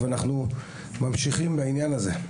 ואנחנו ממשיכים בעניין הזה.